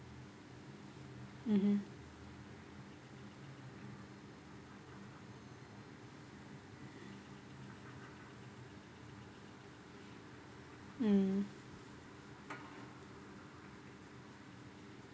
mmhmm mm